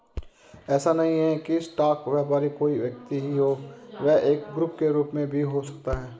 ऐसा नहीं है की स्टॉक व्यापारी कोई व्यक्ति ही हो वह एक ग्रुप के रूप में भी हो सकता है